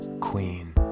queen